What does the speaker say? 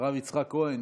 הרב יצחק כהן.